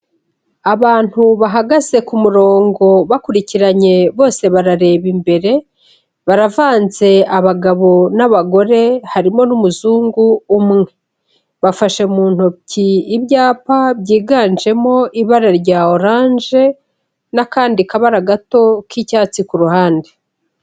Abantu bahagaze ku murongo bakurikiranye bose barareba imbere, baravanze abagabo n'abagore harimo n'umuzungu umwe, bafashe mu ntoki ibyapa byiganjemo ibara rya oranje n'akandi kabara gato k'icyatsi ku ruhande.